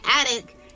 attic